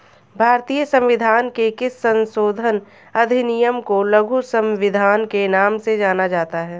भारतीय संविधान के किस संशोधन अधिनियम को लघु संविधान के नाम से जाना जाता है?